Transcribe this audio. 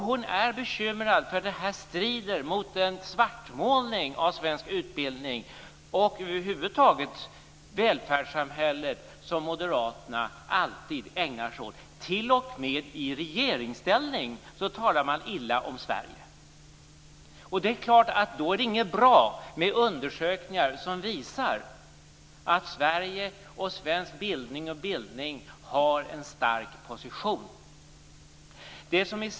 Hon är bekymrad därför att det här strider mot den svartmålning av svensk utbildning och över huvud taget av välfärdssamhället som moderaterna alltid ägnar sig åt. T.o.m. i regeringsställning talar man illa om Sverige. Då är det självfallet inte bra med undersökningar som visar att Sverige och svensk utbildning och bildning har en stark position.